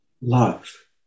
love